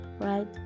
right